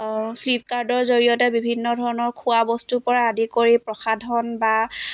ফ্লিপকাৰ্টৰ জৰিয়তে বিভিন্ন ধৰণৰ খোৱা বস্তুৰ পৰা আদি কৰি প্ৰসাধন বা